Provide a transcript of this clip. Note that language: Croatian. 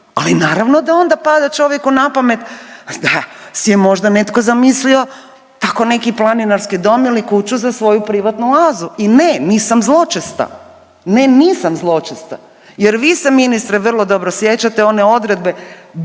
Ali naravno da onda pada čovjeku na pamet da si je možda netko zamislio tako neki planinarski dom ili kuću za svoju privatnu oazu. I ne, nisam zločesta, ne nisam zločesta jer vi se ministre vrlo dobro sjećate one odredbe